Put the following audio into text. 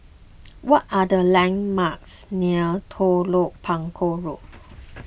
what are the landmarks near Telok Paku Road